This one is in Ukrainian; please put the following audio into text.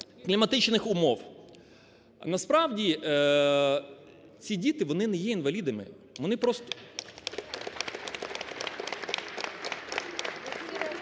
кліматичних умов. Насправді ці діти, вони не є інвалідами. Вони просто…